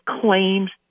claims